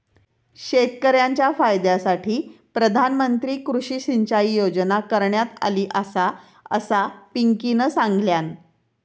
शेतकऱ्यांच्या फायद्यासाठी प्रधानमंत्री कृषी सिंचाई योजना करण्यात आली आसा, असा पिंकीनं सांगल्यान